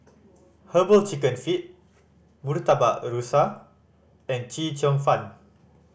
Herbal Chicken Feet Murtabak Rusa and Chee Cheong Fun